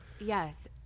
Yes